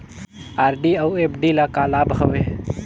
RD अऊ FD ल का लाभ हवे?